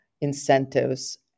incentives